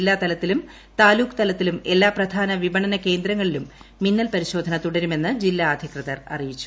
ജില്ലാ തലത്തിലും താലൂക്ക് തലത്തിലും എല്ലാ പ്രധാന വിപണന കേന്ദ്രങ്ങളിലും മിന്നൽ പ്രിമിശോധന തുടരുമെന്ന് ജില്ലാ അധികൃതർ അറിയിച്ചു